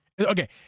Okay